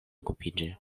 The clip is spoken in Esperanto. okupiĝi